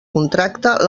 contracte